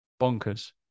Bonkers